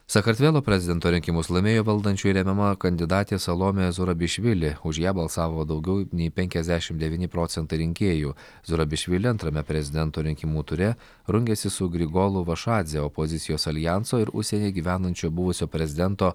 sakartvelo prezidento rinkimus laimėjo valdančiųjų remiama kandidatė salomė zurabišvili už ją balsavo daugiau nei penkiasdešimt devyni procentai rinkėjų zurabišvili antrame prezidento rinkimų ture rungėsi su grigolu vašadze opozicijos aljanso ir užsienyje gyvenančio buvusio prezidento